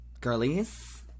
girlies